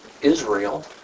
Israel